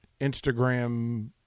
Instagram